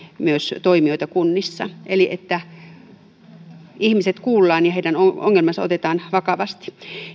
myös toimijoita kunnissa eli ihmiset kuullaan ja heidän ongelmansa otetaan vakavasti